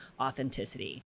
authenticity